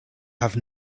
have